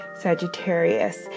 sagittarius